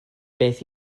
beth